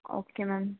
okay ma'am